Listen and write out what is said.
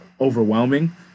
overwhelming